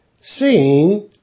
seeing